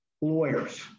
lawyers